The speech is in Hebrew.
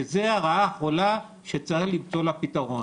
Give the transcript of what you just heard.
שזו הרעה החולה שצריך למצוא לה פתרון.